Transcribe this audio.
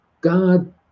God